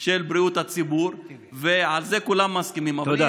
של בריאות הציבור ועל זה כולם מסכימים, תודה.